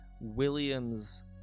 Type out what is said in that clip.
williams